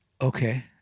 Okay